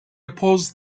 opposed